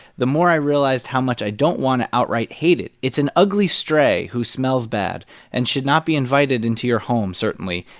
the more i realized how much i don't want to outright hate it. it's an ugly stray who smells bad and should not be invited into your home, certainly.